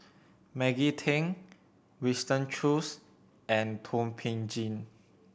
Maggie Teng Winston Choos and Thum Ping Tjin